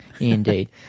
Indeed